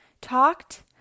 talked